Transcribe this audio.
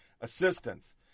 assistance